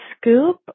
scoop